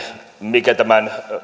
mikä tämän